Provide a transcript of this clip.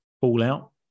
fallout